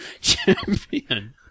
champion